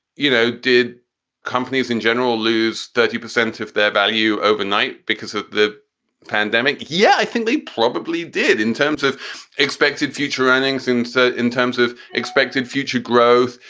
you know, did companies in general lose thirty percent of their value overnight because of the pandemic? yeah, i think they probably did. in terms of expected future earnings. and so in terms of expected future growth,